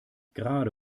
gerade